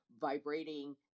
vibrating